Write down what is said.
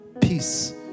Peace